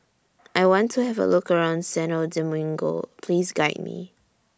I want to Have A Look around Santo Domingo Please Guide Me